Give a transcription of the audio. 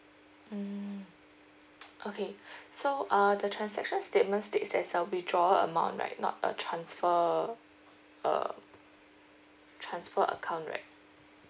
mm okay so uh the transaction statement states there's a withdraw amount right not a transfer uh transfer account right